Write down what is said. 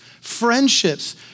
friendships